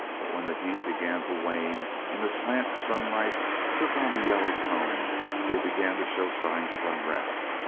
but when the heat began to wane and the slant sunlight took on a yellow tone they began to show signs of unrest,